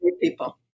people